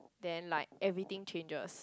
then like everything changes